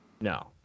no